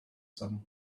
some